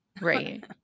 Right